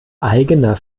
eigener